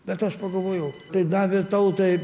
bet aš pagalvojau tai davė tautai